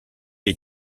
est